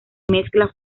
mezcla